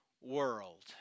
world